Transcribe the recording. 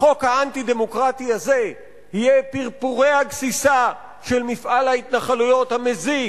החוק האנטי-דמוקרטי הזה יהיה פרפורי הגסיסה של מפעל ההתנחלויות המזיק,